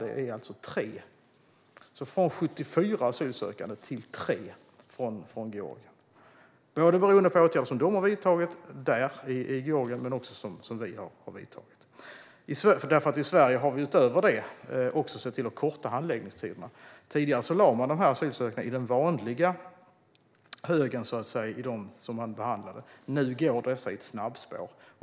Det har alltså gått från 74 asylsökande från Georgien till 3. Detta beror på både åtgärder som de har vidtagit i Georgien och sådant som vi har gjort. I Sverige har vi nämligen utöver detta sett till att korta handläggningstiderna. Tidigare lades dessa asylansökningar i den vanliga högen som behandlades. Nu går dessa i ett snabbspår.